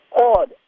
odd